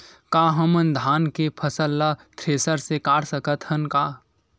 का हमन धान के फसल ला थ्रेसर से काट सकथन का?